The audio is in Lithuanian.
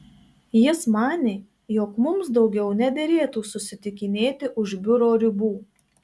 jis manė jog mums daugiau nederėtų susitikinėti už biuro ribų